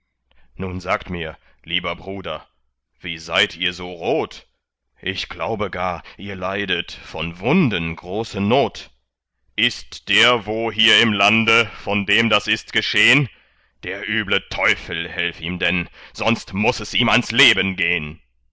nun sagt mir lieber bruder wie seid ihr so rot ich glaube gar ihr leidet von wunden große not ist der wo hier im lande von dem das ist geschehn der üble teufel helf ihm denn sonst muß es ihm ans leben gehn